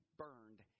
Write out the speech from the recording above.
burned